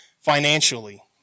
financially